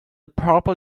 purple